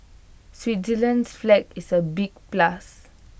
Switzerland's flag is A big plus